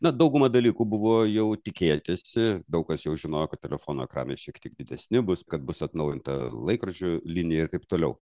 na dauguma dalykų buvo jau tikėtasi daug kas jau žinojo kad telefono ekranai šiek tiek didesni bus kad bus atnaujinta laikrodžių linija ir taip toliau